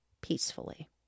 peacefully